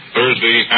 Thursday